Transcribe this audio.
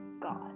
God